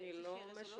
אני לא משוכנעת.